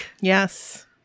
Yes